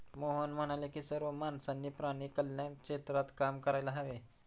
मोहन म्हणाले की सर्व माणसांनी प्राणी कल्याण क्षेत्रात काम करायला हवे